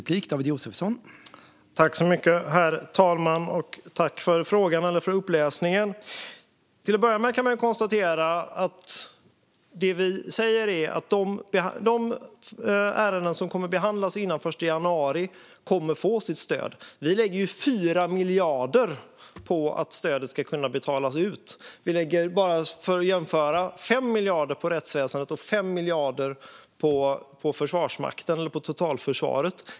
Herr talman! Tack, Jennie Nilsson, för uppläsningen! Till att börja med kan man konstatera att de ärenden som behandlas före den 1 januari kommer att få sitt stöd. Vi lägger 4 miljarder på att stödet ska kunna betalas ut. Som en jämförelse kan jag nämna att vi lägger 5 miljarder på rättsväsendet och 5 miljarder på totalförsvaret.